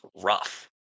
rough